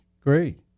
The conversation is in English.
great